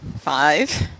Five